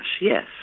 yes